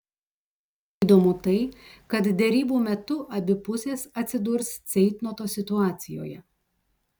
įdomu tai kad derybų metu abi pusės atsidurs ceitnoto situacijoje